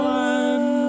one